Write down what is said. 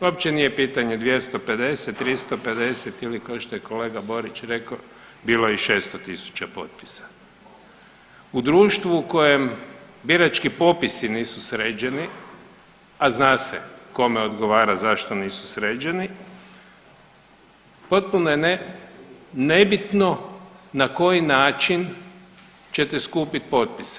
Uopće nije pitanje 250, 350 ili kao što kolega Borić rekao bilo je i 600.000 potpisa, u društvu u kojem birački popisi nisu sređeni, a zna se kome odgovara zašto nisu sređeni, potpuno je nebitno na koji način ćete skupiti potpise.